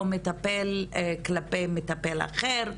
או מטפל כלפי מטפל אחר,